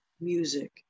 music